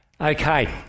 Okay